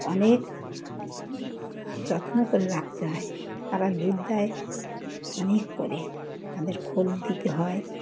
অনেক যত্ন করে রাখতে হয় তারা দুধ দেয় অনেক করে তাদের খোল দিতে হয়